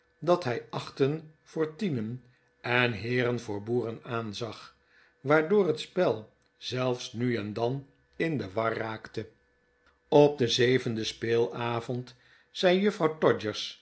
dat hij achten voor tienen en heeren voor boeren aanzag waardoor het spel zelfs nu en dan in de war raakte op den zevenden speelavond zei juffrouw